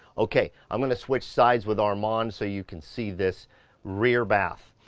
okay. i'm going to switch sides with armand so you can see this rear bath.